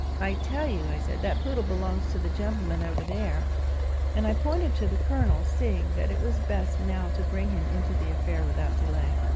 i tell you i said, that poodle belongs to the gentleman over there and i pointed to the colonel, seeing that it was best now to bring him into the affair without delay.